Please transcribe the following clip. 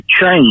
change